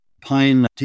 Pine